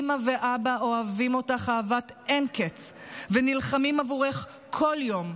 אימא ואבא אוהבים אותך אהבת אין קץ ונלחמים עבורך כל יום,